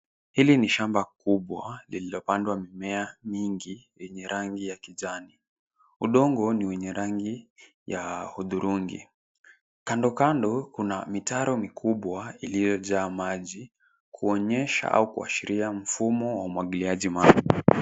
Hili ni shamba kubwa lililopandwa mimea mingi yenye rangi ya kijani. Udongo ni wenye rangi ya hudhurungi. Kando kando kuna mitaro mikubwa iliyojaa maji, kuonyesha au kuashiria mfumo wa umwagiliaji maji.